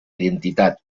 identitat